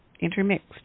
intermixed